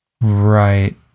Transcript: Right